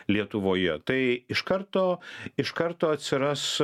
lietuvoje tai iš karto iš karto atsiras